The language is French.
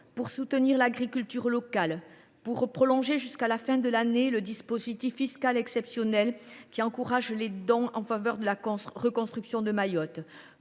à soutenir l’agriculture locale, à prolonger jusqu’à la fin de l’année le dispositif fiscal exceptionnel encourageant les dons en faveur de la reconstruction de Mayotte,